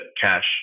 cash